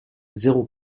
zéro